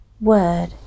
word